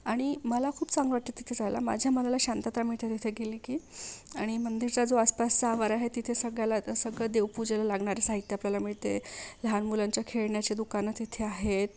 आणि मला खूप छान वाटतं तिथं जायला माझ्या मनाला शांतता मिळते तिथे गेले की आणि मंदिरचा जो आसपासचा आवार आहे तिथे सगळ्याला सगळं देवपूजेला लागणारं साहित्य आपल्याला मिळते लहान मुलांचे खेळण्याचे दुकानं तिथे आहेत